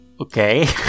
okay